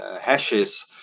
hashes